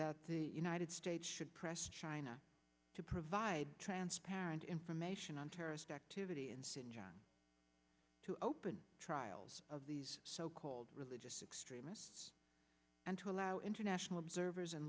that the united states should press china to provide transparent information on terrorist activity and singe on to open trials of these so called religious extremists and to allow international observers and